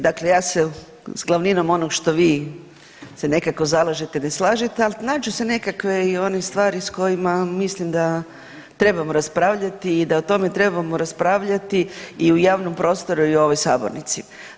Dakle ja se s glavninom onog što vi se nekako zalažete ne slažete, ali nađu se nekakve i one stvari s kojima mislim da trebamo raspravljati i da o tome trebamo raspravljati i u javnom prostoru i u ovoj sabornici.